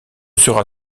sera